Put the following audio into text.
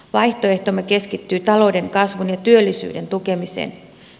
vaihtoehtomme keskittyy talouden kasvun ja työllisyyden tukemiseen